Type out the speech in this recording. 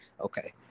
Okay